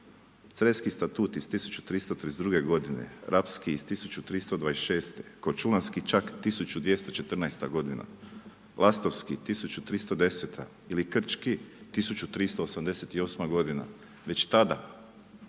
Creski statut iz 1332. g. rapski iz 1326. korčulanski čak 1214. godina, Lastovski 1310. ili Krčki 1388. godina, već tada,